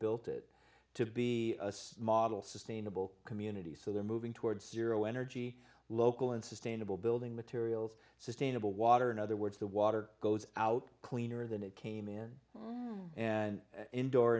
built it to be a model sustainable communities so they're moving towards zero energy local and sustainable building materials sustainable water in other words the water goes out cleaner than it came in and indoor